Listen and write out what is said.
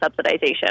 subsidization